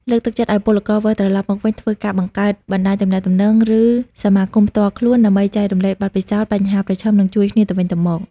លើកទឹកចិត្តឱ្យពលករវិលត្រឡប់មកវិញធ្វើការបង្កើតបណ្តាញទំនាក់ទំនង ឬសមាគមផ្ទាល់ខ្លួន ដើម្បីចែករំលែកបទពិសោធន៍ បញ្ហាប្រឈម និងជួយគ្នាទៅវិញទៅមក។